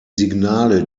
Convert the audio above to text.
signale